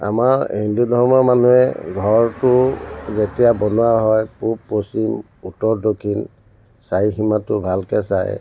আমাৰ হিন্দু ধৰ্মৰ মানুহে ঘৰটো যেতিয়া বনোৱা হয় পূব পশ্চিম উত্তৰ দক্ষিণ চাৰিসীমাটো ভালকৈ চাই